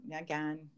again